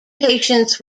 patients